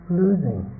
losing